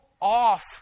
off